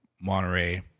Monterey